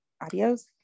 adios